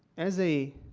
as a,